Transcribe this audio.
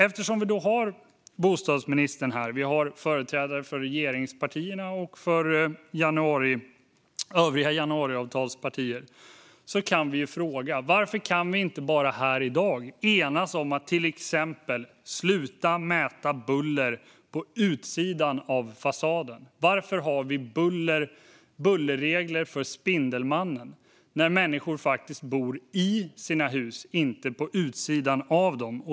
Eftersom vi har bostadsministern liksom företrädare för regeringspartierna och övriga januariavtalspartier här kan vi ju fråga dem. Varför kan vi inte här i dag enas om att till exempel sluta mäta buller på utsidan av fasaden? Varför har vi bullerregler för Spindelmannen när människor faktiskt bor i sina hus och inte på utsidan av dem?